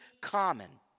common